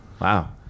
Wow